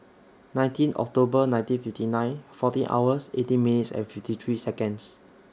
nineteen October nineteen fifty nine fourteen hours eighteen minutes and fifty three Seconds